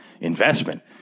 investment